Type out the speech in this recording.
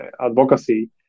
advocacy